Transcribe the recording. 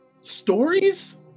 stories